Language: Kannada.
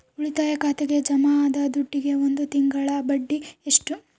ಉಳಿತಾಯ ಖಾತೆಗೆ ಜಮಾ ಆದ ದುಡ್ಡಿಗೆ ಒಂದು ತಿಂಗಳ ಬಡ್ಡಿ ಎಷ್ಟು?